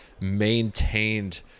maintained